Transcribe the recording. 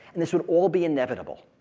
and this will all be inevitable.